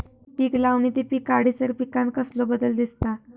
पीक लावणी ते पीक काढीसर पिकांत कसलो बदल दिसता?